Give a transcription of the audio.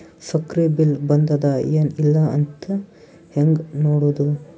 ಸಕ್ರಿ ಬಿಲ್ ಬಂದಾದ ಏನ್ ಇಲ್ಲ ಅಂತ ಹೆಂಗ್ ನೋಡುದು?